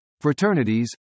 fraternities